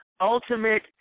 ultimate